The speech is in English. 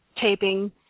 taping